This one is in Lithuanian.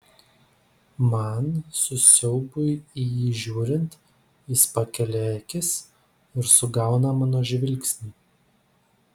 man su siaubui į jį žiūrint jis pakelia akis ir sugauna mano žvilgsnį